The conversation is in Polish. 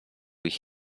ich